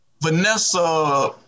Vanessa